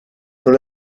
non